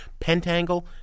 Pentangle